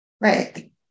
Right